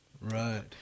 Right